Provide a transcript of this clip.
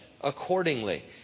accordingly